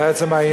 לעצם העניין.